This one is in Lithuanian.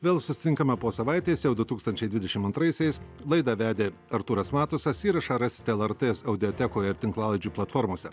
vėl susitinkame po savaitės jau du tūkstančiai dvidešim antraisiais laidą vedė artūras matusas įrašą rasite lrt audiatekoje ir tinklalaidžių platformose